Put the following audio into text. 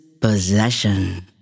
Possession